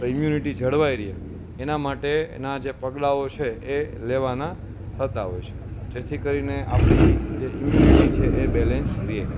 તો ઇમ્યુનિટી જળવાઈ રે એના માટે એના જે પગલાઓ છે એ લેવાના થતા હોય છે જેથી કરીને આપણી જે ઇમ્યુનિટી છે એ બેલેન્સ રહે